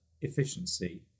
efficiency